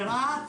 ברהט?